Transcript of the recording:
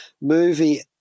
movie